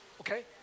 Okay